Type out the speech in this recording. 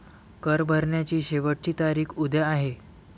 कर भरण्याची शेवटची तारीख उद्या आहे